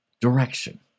direction